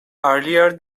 earlier